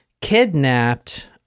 kidnapped